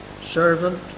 servant